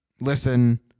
listen